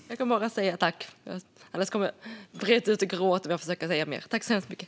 Herr talman! Jag kan bara säga tack. Jag kommer att brista ut i gråt om jag försöker säga mer. Tack så hemskt mycket!